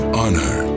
honor